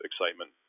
excitement